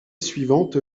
suivante